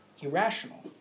irrational